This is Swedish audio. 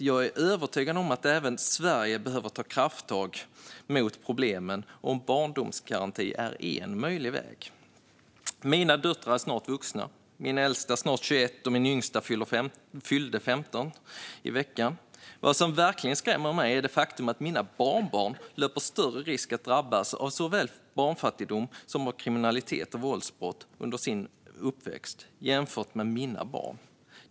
Jag är övertygad om att även Sverige behöver ta krafttag mot problemen, och en barndomsgaranti är en möjlig väg. Mina döttrar är snart vuxna. Den äldsta är snart 21 och den yngsta fyllde 15 i veckan. Vad som verkligen skrämmer mig är det faktum att mina barnbarn löper större risk, jämfört med mina barn, att drabbas av såväl barnfattigdom som kriminalitet och våldsbrott under sin uppväxt.